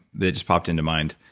that just popped into mind.